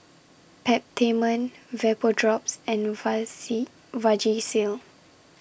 Peptamen Vapodrops and Vasi Vagisil